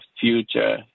future